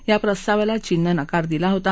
या प्रस्तावाला चीननं नकार दिला होता